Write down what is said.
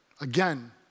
again